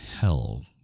hell